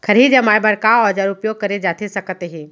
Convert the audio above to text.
खरही जमाए बर का औजार उपयोग करे जाथे सकत हे?